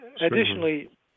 additionally